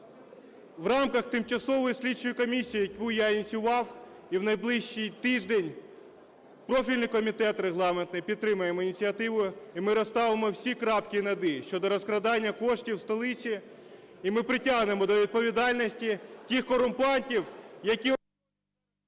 в рамках тимчасової слідчої комісії, яку я ініціював, і в найближчий тиждень профільний комітет регламентний підтримає мою ініціативу, і ми розставимо всі крапки над "і" щодо розкрадання коштів у столиці, і ми притягнемо до відповідальності тих корумпантів, які…